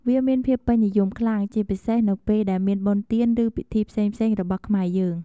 វាមានភាពពេញនិយមខ្លាំងជាពិសេសនៅពេលដែលមានបុណ្យទាន ឬពីធីផ្សេងៗរបស់ខ្មែរយើង។